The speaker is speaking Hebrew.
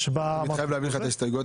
שבה -- אני חייב להעביר לך את ההסתייגויות,